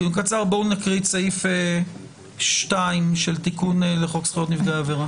נקריא את סעיף 2 של תיקון לחוק זכויות נפגעי עבירה.